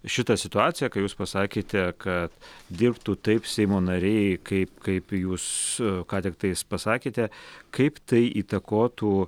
šitą situaciją kai jūs pasakėte kad dirbtų taip seimo nariai kaip kaip jūs ką tiktais pasakėte kaip tai įtakotų